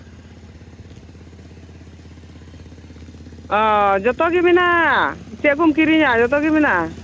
ᱚᱸᱻ ᱡᱚᱛᱚ ᱜᱮ ᱢᱮᱱᱟᱜᱼᱟ ᱪᱮᱫ ᱠᱚᱢ ᱠᱤᱨᱤᱧᱟ ᱡᱚᱛᱚ ᱜᱮ ᱢᱮᱱᱟᱜᱼᱟ